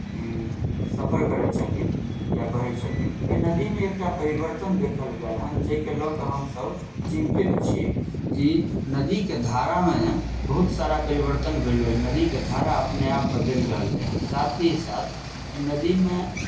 सफर करै छथिन या बहै छथिन एहि नदीमे एकटा परिवर्तन देखल गेल हन जाहिके लऽ कऽ हमसभ चिन्तित छी कि नदीके धारामे बहुत सारा परिवर्तन भेलै हन नदीके धारा अपने आप बदलि रहलै हन साथ ही साथ एहि नदीमे